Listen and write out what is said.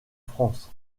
france